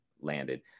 landed